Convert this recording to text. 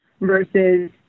versus